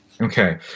Okay